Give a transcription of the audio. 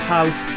House